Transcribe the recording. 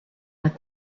with